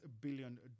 billion